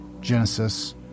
Genesis